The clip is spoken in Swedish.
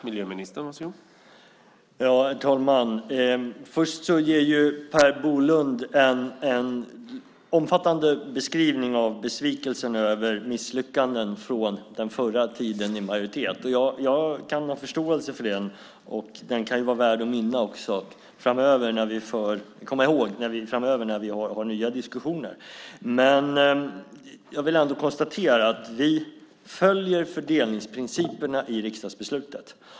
Herr talman! Först ger ju Per Bolund en omfattande beskrivning av besvikelsen över misslyckanden från den förra tiden i majoritet. Jag kan ha förståelse för det. Den kan vara värd att komma ihåg framöver också när vi för nya diskussioner. Men jag vill ändå konstatera att vi följer fördelningsprinciperna i riksdagsbeslutet.